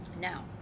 now